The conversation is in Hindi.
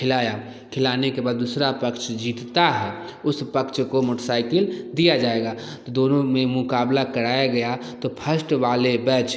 खिलाया खिलाने के बाद दूसरा पक्ष जीतता है उस पक्ष को मोटर साइकिल दिया जाएगा तो दोनों में मुकाबला कराया गया तो फस्ट वाले बैच